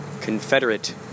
confederate